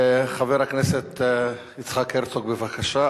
חבר הכנסת יצחק הרצוג, בבקשה.